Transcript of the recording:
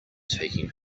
taking